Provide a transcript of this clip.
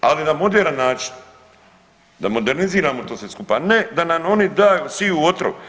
Ali na moderan način, da moderniziramo to sve skupa, a ne da nam oni daju, siju otrov.